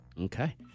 Okay